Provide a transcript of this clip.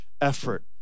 effort